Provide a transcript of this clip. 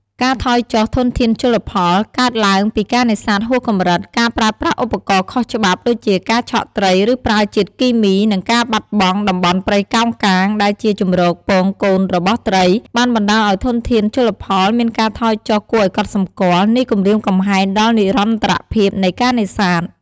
ការថយចុះធនធានជលផល កើតឡើងពីការនេសាទហួសកម្រិត ការប្រើប្រាស់ ឧបករណ៍ខុសច្បាប់ ដូចជាការឆក់ត្រី ឬប្រើជាតិគីមី និងការបាត់បង់ តំបន់ព្រៃកោងកាង ដែលជាជម្រកពងកូនរបស់ត្រី បានបណ្តាលឱ្យធនធានជលផលមានការថយចុះគួរឱ្យកត់សម្គាល់ នេះគំរាមកំហែងដល់និរន្តរភាពនៃការនេសាទ។